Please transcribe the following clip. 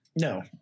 No